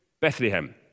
Bethlehem